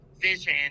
vision